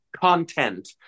content